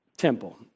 Temple